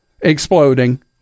exploding